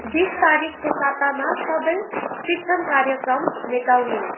बिस तारिकको सातामा सबै शिक्षण कार्यक्रम मेटाउनू